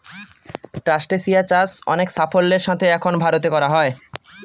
ট্রাস্টেসিয়া চাষ অনেক সাফল্যের সাথে এখন ভারতে করা হয়